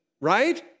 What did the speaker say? right